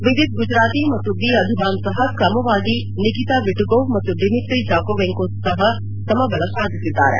ವಿದಿತ್ ಗುಜರಾತಿ ಮತ್ತು ಬಿ ಅಧಿಬಾನ್ ಸಪ ಕ್ರಮವಾಗಿ ನಿಕಿತಾ ವಿಟುಗೊವ್ ಮತ್ತು ಡಿಮಿಟ್ರಿ ಜಾಕೊವೆಂಕೊ ಸಪ ಸಮಬಲ ಸಾಧಿಸಿದ್ದಾರೆ